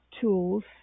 Tools